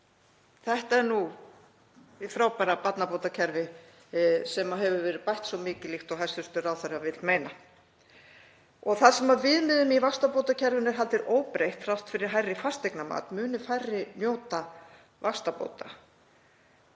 Þetta er nú hið frábæra barnabótakerfi sem hefur verið bætt svo mikið líkt og hæstv. ráðherra vill meina. Þar sem viðmiðum í vaxtabótakerfinu er haldið óbreyttum þrátt fyrir hærra fasteignamat munu færri njóta vaxtabóta.